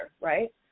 right